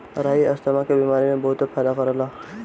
राई asthma के बेमारी में बहुते फायदा करेला